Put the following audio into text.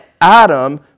Adam